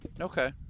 Okay